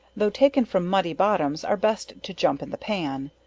though taken from muddy bottoms, are best to jump in the pan.